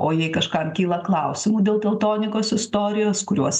o jei kažkam kyla klausimų dėl teltonikos istorijos kuriuos